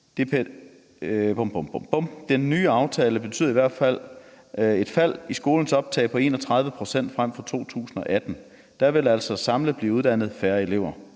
Den nye aftale betyder i hvert fald et fald i skolens optag på 31 pct. frem mod 2018. Der vil altså samlet blive uddannet færre elever.